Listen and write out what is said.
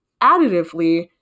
additively